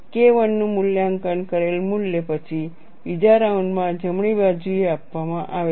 KI નું મૂલ્યાંકન કરેલ મૂલ્ય પછી 2જા રાઉન્ડમાં જમણી બાજુએ આપવામાં આવે છે